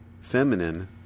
Feminine